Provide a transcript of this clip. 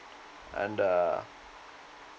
and uh